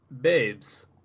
babes